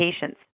patients